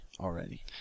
already